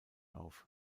auf